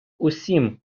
усім